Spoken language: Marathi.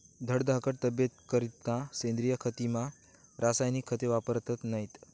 धडधाकट तब्येतनीकरता सेंद्रिय शेतीमा रासायनिक खते वापरतत नैत